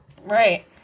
right